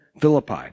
Philippi